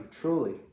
truly